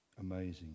Amazing